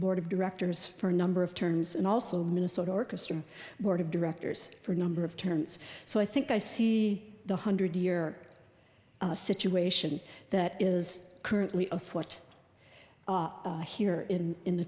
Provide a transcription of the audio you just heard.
board of directors for a number of terms and also minnesota orchestra board of directors for a number of terms so i think i see the hundred year situation that is currently afoot here in in the